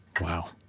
Wow